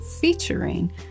featuring